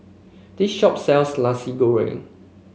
this shop sells Nasi Goreng